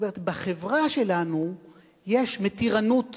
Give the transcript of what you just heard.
זאת אומרת, בחברה שלנו יש מתירנות